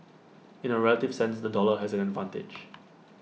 in A relative sense the dollar has an advantage